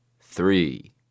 three